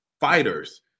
fighters